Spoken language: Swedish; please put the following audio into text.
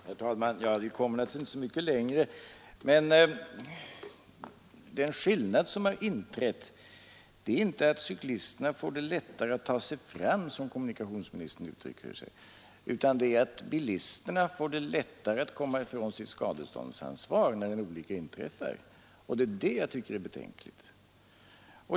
Herr talman! Vi kommer naturligtvis inte så mycket längre. Men den skillnad som har inträtt är inte att cyklisterna får det lättare att ta sig fram, som kommunikationsministern uttrycker sig, utan det är att bilisterna får det lättare att komma ifrån sitt skadeståndsansvar, när en olycka inträffar. Det är detta jag tycker är betänkligt.